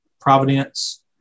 providence